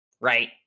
right